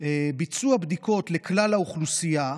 של ביצוע בדיקות לכלל האוכלוסייה,